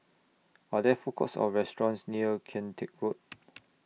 Are There Food Courts Or restaurants near Kian Teck Road